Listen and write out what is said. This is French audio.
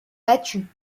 battu